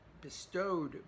bestowed